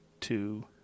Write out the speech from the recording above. two